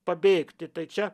pabėgti tai čia